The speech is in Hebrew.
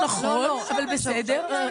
לא נכון, אבל בסדר.